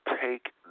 take